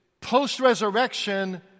post-resurrection